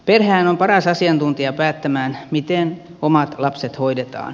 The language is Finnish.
perhehän on paras asiantuntija päättämään miten omat lapset hoidetaan